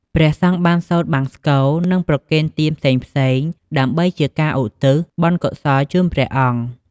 ព្រះសង្ឃបានសូត្រធម៌បង្សុកូល និងប្រគេនទានផ្សេងៗ ដើម្បីជាការឧទ្ទិសបុណ្យកុសលជូនព្រះអង្គ។